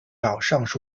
上述